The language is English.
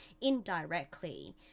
indirectly